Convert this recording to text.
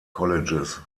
colleges